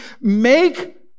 make